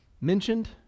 mentioned